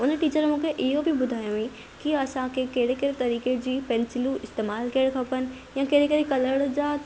उन टीचर मूंखे इहो बि ॿुधायो हुअईं की असांखे कहिड़े कहिड़े तरीक़े जी पेंसिलूं इस्तेमालु करे खपनि इहे कहिड़ी कहिड़ी कलर जा